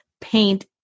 paint